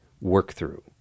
work-through